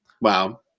Wow